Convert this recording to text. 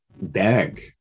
bag